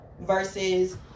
versus